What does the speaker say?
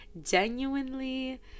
genuinely